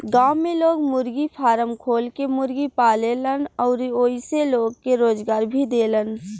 गांव में लोग मुर्गी फारम खोल के मुर्गी पालेलन अउरी ओइसे लोग के रोजगार भी देलन